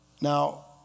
Now